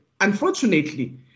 unfortunately